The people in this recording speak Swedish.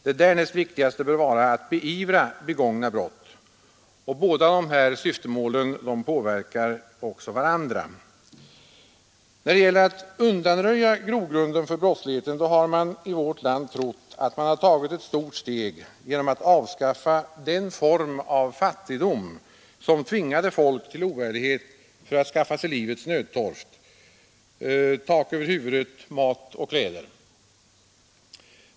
Det därnäst viktigaste bör vara att beivra begångna brott. Båda de här syftemålen påverkar också varandra. När det gäller att undanröja grogrunden för brottsligheten har man i vårt land trott att man har tagit ett stort steg genom att avskaffa den form av fattigdom som tvingade folk till oärlighet för att kunna skaffa sig livets nödtorft: tak över huvudet, mat och kläder.